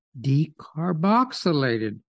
decarboxylated